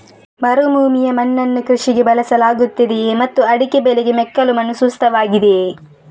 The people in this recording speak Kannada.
ಮರುಭೂಮಿಯ ಮಣ್ಣನ್ನು ಕೃಷಿಗೆ ಬಳಸಲಾಗುತ್ತದೆಯೇ ಮತ್ತು ಅಡಿಕೆ ಬೆಳೆಗೆ ಮೆಕ್ಕಲು ಮಣ್ಣು ಸೂಕ್ತವಾಗಿದೆಯೇ?